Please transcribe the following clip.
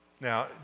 Now